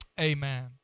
amen